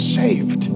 saved